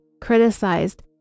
criticized